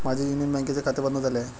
माझे युनियन बँकेचे खाते बंद झाले आहे